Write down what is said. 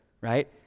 right